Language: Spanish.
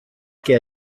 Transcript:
que